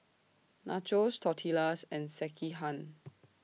Nachos Tortillas and Sekihan